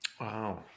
Wow